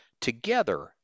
Together